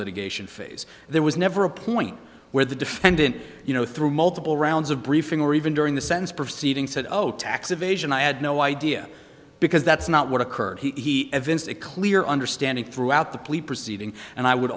litigation phase there was never a point where the defendant you know through multiple rounds of briefing or even during the sentence proceeding said oh tax evasion i had no idea because that's not what occurred he evinced a clear understanding throughout the plea proceeding and i would